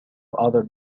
other